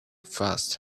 fast